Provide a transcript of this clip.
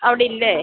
അവിടില്ലേ